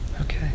Okay